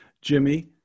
Jimmy